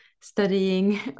studying